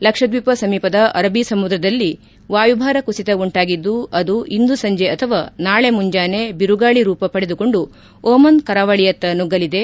ಲಕ್ಷದೀಪ ಸಮೀಪದ ಅರಬ್ಬಿ ಸಮುದ್ರದಲ್ಲಿ ವಾಯುಭಾರ ಕುಸಿತ ಉಂಟಾಗಿದ್ದು ಅದು ಇಂದು ಸಂಜೆ ಅಥವಾ ನಾಳೆ ಮುಂಜಾನೆ ಬಿರುಗಾಳಿ ರೂಪ ಪಡೆದುಕೊಂಡು ಓಮನ್ ಕರಾವಳಿಯತ್ತ ನುಗ್ಗಲಿದೆ